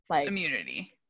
Immunity